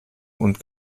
und